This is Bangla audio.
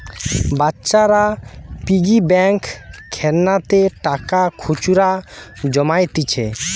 বাচ্চারা পিগি ব্যাঙ্ক খেলনাতে টাকা খুচরা জমাইতিছে